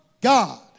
God